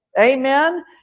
Amen